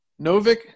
Novik